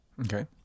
Okay